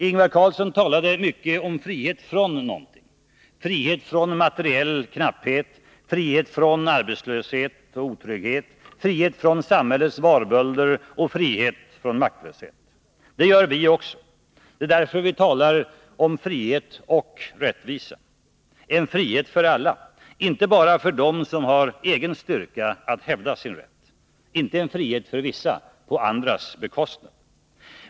Ingvar Carlsson talade mycket om frihet från någonting — frihet från materiell knapphet, frihet från arbetslöshet och otrygghet, frihet från samhällets varbölder och frihet från maktlöshet. Det gör vi också. Det är därför vi talar om frihet och rättvisa — en frihet för alla, inte bara för dem som har egen styrka att hävda sin rätt; inte en frihet för vissa på andra bekostnad.